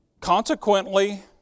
consequently